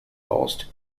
lost